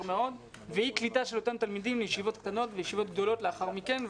מאוד ואי קליטה של אותם תלמידים לישיבות קטנות וישיבות גדולות לאחר מכן.